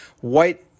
white